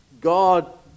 god